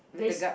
place